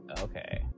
Okay